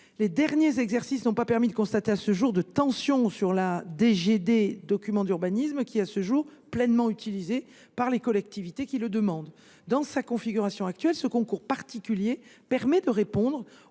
les derniers exercices n’ont pas permis de constater de tensions sur la DGD « documents d’urbanisme », qui, à ce jour, est pleinement utilisée par les collectivités qui le demandent. Dans sa configuration actuelle, ce concours particulier permet donc de répondre à